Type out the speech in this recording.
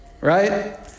right